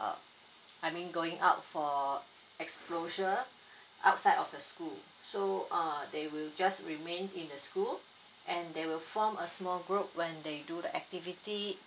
err I mean going out for exposure outside of the school so uh they will just remain in the school and they will form a small group when they do the activity